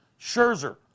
Scherzer